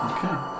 Okay